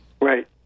Right